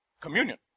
communion